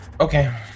Okay